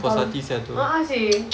!wow! ah seh